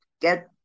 get